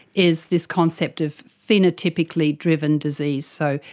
is this concept of phenotypically driven disease. so,